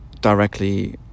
directly